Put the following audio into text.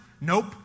Nope